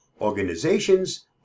organizations